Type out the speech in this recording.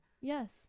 Yes